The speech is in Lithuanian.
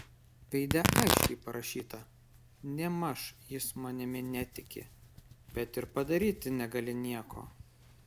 veide aiškiai parašyta nėmaž jis manimi netiki bet ir padaryti negali nieko